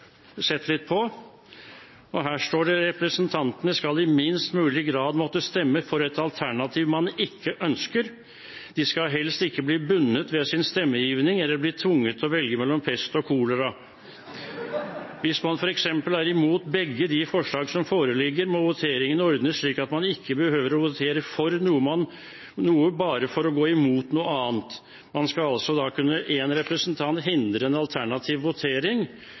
litt på boken. Der står det at representantene i minst mulig grad skal måtte stemme for et alternativ man ikke ønsker. De skal helst ikke bli bundet ved sin stemmegivning eller bli tvunget til å velge mellom pest og kolera. Hvis man f.eks. er imot begge de forslag som foreligger, må voteringen ordnes slik at man ikke behøver å votere for noe bare for å gå imot noe annet. En representant skal da kunne hindre en alternativ votering,